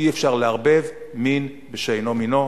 אי-אפשר לערבב מין בשאינו מינו.